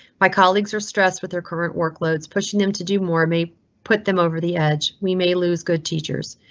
my colleagues are stressed with their current workloads pushing him to do more may put them over the edge. we may lose good teachers.